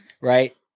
right